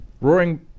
Roaring